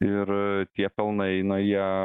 ir tie pelnai na jie